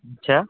अच्छा